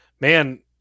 man